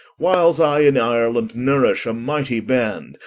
whiles i in ireland nourish a mightie band,